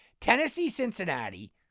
Tennessee-Cincinnati